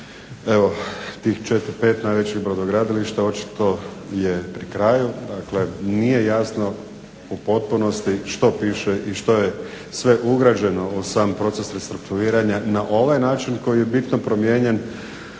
evo tih 4, 5 najvećih brodogradilišta očito je pri kraju. Dakle, nije jasno u potpunosti što piše i što je sve ugrađeno u sam proces restrukturiranja na ovaj način koji je bitno promijenjen